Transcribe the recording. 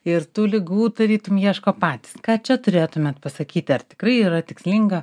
ir tų ligų tarytum ieško patys ką čia turėtumėt pasakyti ar tikrai yra tikslinga